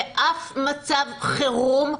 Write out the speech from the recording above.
באף מצב חירום,